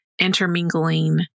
intermingling